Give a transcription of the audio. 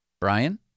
Brian